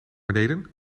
beneden